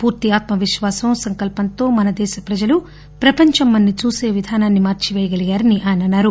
పూర్తి ఆత్మ విశ్వాసం సంకల్పంతో మన దేశ ప్రజలు ప్రపంచం మనని చూసే విధానాన్ని మార్పి పేయగలిగారని ఆయన అన్నారు